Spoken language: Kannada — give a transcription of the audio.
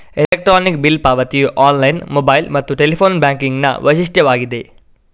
ಎಲೆಕ್ಟ್ರಾನಿಕ್ ಬಿಲ್ ಪಾವತಿಯು ಆನ್ಲೈನ್, ಮೊಬೈಲ್ ಮತ್ತು ಟೆಲಿಫೋನ್ ಬ್ಯಾಂಕಿಂಗಿನ ವೈಶಿಷ್ಟ್ಯವಾಗಿದೆ